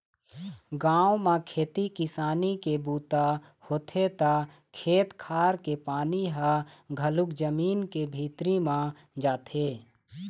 गाँव म खेती किसानी के बूता होथे त खेत खार के पानी ह घलोक जमीन के भीतरी म जाथे